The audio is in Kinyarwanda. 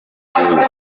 kandi